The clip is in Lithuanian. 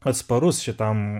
atsparus šitam